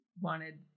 wanted